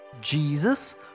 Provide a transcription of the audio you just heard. Jesus